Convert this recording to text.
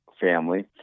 family